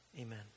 Amen